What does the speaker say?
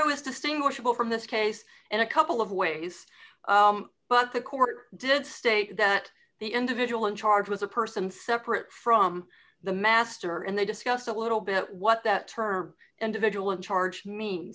carol was distinguishable from this case in a couple of ways but the court did state that the individual in charge was a person separate from the master and they discussed a little bit what that term individual in charge me